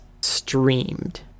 streamed